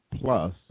plus